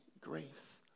grace